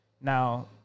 Now